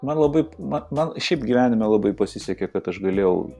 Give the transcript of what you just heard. man labai mat man šiaip gyvenime labai pasisekė kad aš galėjau